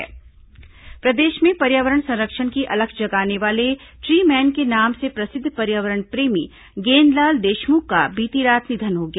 tree man निधन प्रदेश में पर्यावरण संरक्षण की अलख जगाने वाले ट्री मैन के नाम से प्रसिद्ध पर्यावरण प्रेमी गैंदलाल देशमुख का बीती रात निधन हो गया